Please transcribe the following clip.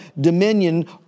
dominion